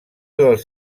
dels